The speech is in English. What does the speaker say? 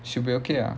should be okay lah